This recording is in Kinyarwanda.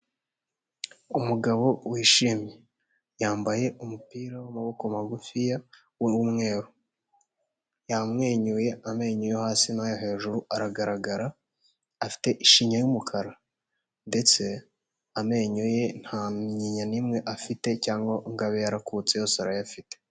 Umugabo wishimye yambaye umupira w'amaboko magufiya w'umweru, yamwenyuye amenyo yo hasi nayo hejuru aragaragara, afite ishinya y'umukara ndetse amenyo ye nta nyinya n'imwe afite cyangwa ngo abe yarakutse yose arayafite.